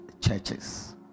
churches